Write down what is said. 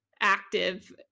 active